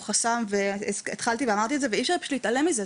הוא חסם והתחלתי ואמרתי ואי אפשר פשוט להתעלם מזה,